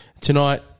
tonight